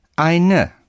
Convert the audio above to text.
eine